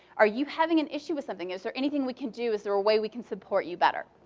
are you having an issue with something? is there anything we can do? is there a way we can support you better?